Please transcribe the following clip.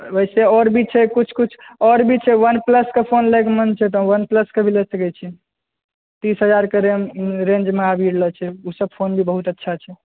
वैसे आओर भी छै कुछ कुछ आओर भी छै वनप्लसके फोन लयके मोन छै तऽ वनप्लसके भी लए सकैत छी तीस हजारके रेंजमे आबि रहल छै ओसभ फ़ोन भी बहुत अच्छा छै